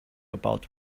about